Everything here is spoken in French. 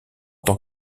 tant